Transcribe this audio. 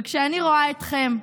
וכשאני רואה אתכן,